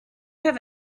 have